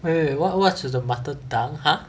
wait wait wait what what's the mother tongue !huh!